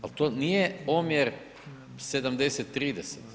Ali to nije omjer 70:30.